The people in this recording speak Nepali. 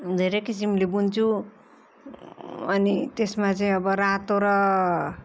धेरै किसिमले बुन्छु अनि त्यसमा चाहिँ अब रातो र